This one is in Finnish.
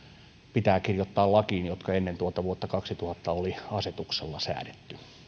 pitäisi kirjoittaa lakiin asioita jotka ennen tuota vuotta kaksituhatta oli asetuksella säädetty